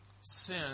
sin